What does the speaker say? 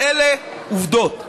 אלה עובדות.